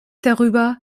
darüber